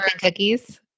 cookies